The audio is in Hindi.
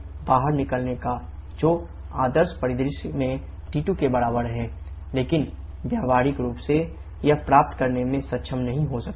𝑇3 𝑇5 यह आदर्श परिदृश्य है